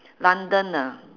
london ah